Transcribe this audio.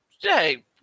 Hey